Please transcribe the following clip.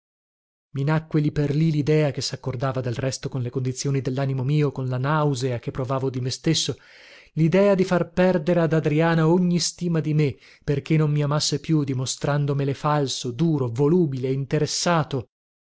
i nacque lì per lì lidea che saccordava del resto con le condizioni dellanimo mio con la nausea che provavo di me stesso lidea di far perdere ad adriana ogni stima di me perché non mi amasse più dimostrandomele falso duro volubile interessato